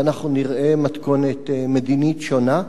ואנחנו נראה מתכונת מדינית שונה.